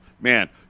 man